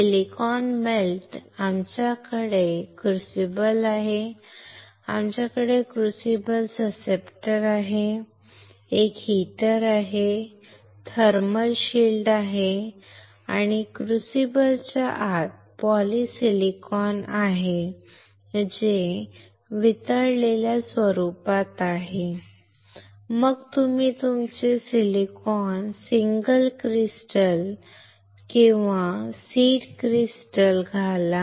silicon melt आमच्याकडे crucible आहे आमच्याकडे क्रुसिबल ससेप्टर आहे आमच्याकडे एक हीटर आहे आमच्याकडे थर्मल शील्ड आहे या क्रूसिबलच्या आत पॉलिसिलिकॉन आहे जे वितळलेल्या स्वरूपात आहे मग तुम्ही तुमचे सिलिकॉन सिंगल क्रिस्टल किंवा सीड क्रिस्टल घाला